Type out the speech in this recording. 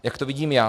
Jak to vidím já?